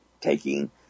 taking